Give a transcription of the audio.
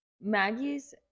Maggie's